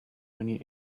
many